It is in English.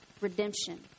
redemption